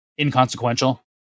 Inconsequential